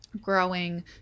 growing